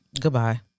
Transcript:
Goodbye